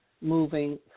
Moving